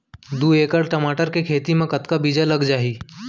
दू एकड़ टमाटर के खेती मा कतका बीजा लग जाही?